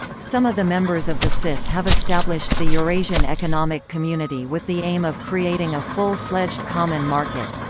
some of the members of the cis have established the eurasian economic community with the aim of creating a full-fledged common market.